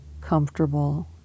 comfortable